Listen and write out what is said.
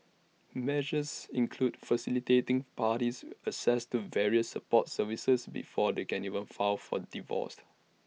measures include facilitating parties access to various support services before they can even file for divorce